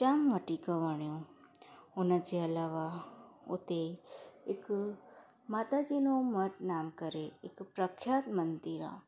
जाम वधीक वणियो हुन जे अलावा हुते हिकु माता जी नो मड नाम करे हिकु प्रख्यात मंदरु आहे